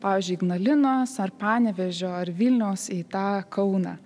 pavyzdžiui ignalinos ar panevėžio ar vilniaus į tą kauną